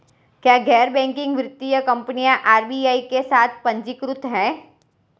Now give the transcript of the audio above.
क्या गैर बैंकिंग वित्तीय कंपनियां आर.बी.आई के साथ पंजीकृत हैं?